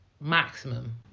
maximum